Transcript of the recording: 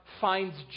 finds